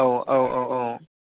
औ औ औ औ